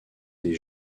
des